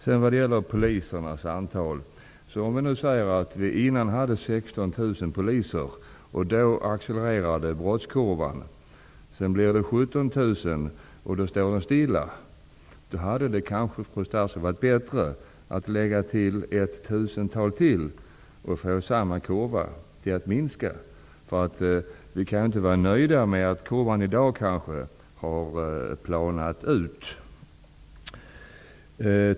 Låt oss säga att vi innan brottskurvan accelererade hade 16 000 poliser. Sedan fick vi 17 000 poliser och då planade brottsskurvan ut. Det kanske hade varit bättre, fru statsråd, att lägga till ett tusental ytterligare poliser så hade samma kurva kanske gått nedåt. Vi kan väl inte vara nöjda med att kurvan i dag planar ut.